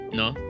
no